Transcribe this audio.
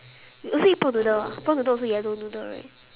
you also eat prawn noodle ah prawn noodle also yellow noodle right